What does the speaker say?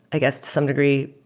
i guess to some degree,